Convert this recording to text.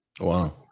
wow